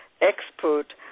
expert